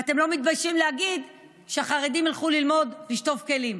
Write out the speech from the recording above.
ואתם לא מתביישים להגיד: שהחרדים ילכו ללמוד לשטוף כלים.